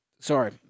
sorry